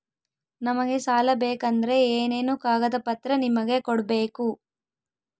ನಮಗೆ ಸಾಲ ಬೇಕಂದ್ರೆ ಏನೇನು ಕಾಗದ ಪತ್ರ ನಿಮಗೆ ಕೊಡ್ಬೇಕು?